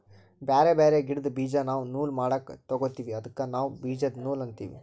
ಬ್ಯಾರೆ ಬ್ಯಾರೆ ಗಿಡ್ದ್ ಬೀಜಾ ನಾವ್ ನೂಲ್ ಮಾಡಕ್ ತೊಗೋತೀವಿ ಅದಕ್ಕ ನಾವ್ ಬೀಜದ ನೂಲ್ ಅಂತೀವಿ